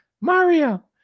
Mario